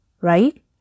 right